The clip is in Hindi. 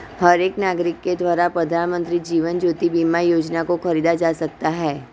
हर एक नागरिक के द्वारा प्रधानमन्त्री जीवन ज्योति बीमा योजना को खरीदा जा सकता है